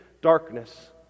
darkness